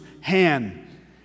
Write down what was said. hand